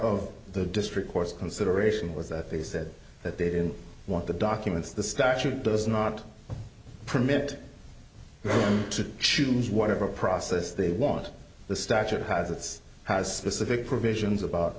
of the district court's consideration was that they said that they didn't want the documents the statute does not permit to choose whatever process they want the structure has its specific provisions about